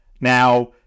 Now